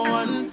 one